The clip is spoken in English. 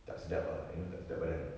tak sedap ah you know tak sedap badan